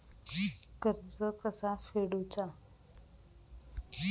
कर्ज कसा फेडुचा?